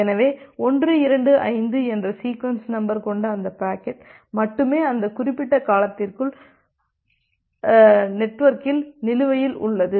எனவே 125 என்ற sequence number கொண்ட அந்த பாக்கெட் மட்டுமே அந்த குறிப்பிட்ட காலத்திற்குள் வொர்க்கில் நிலுவையில் உள்ளது